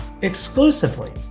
exclusively